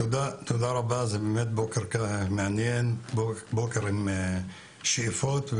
תודה רבה, זה באמת בוקר מעניין עם שאיפות.